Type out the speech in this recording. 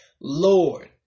Lord